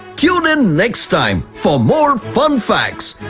tune in next time for more fun facts.